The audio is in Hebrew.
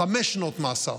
חמש שנות מאסר,